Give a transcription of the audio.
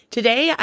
Today